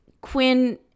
Quinn